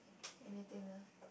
anything lah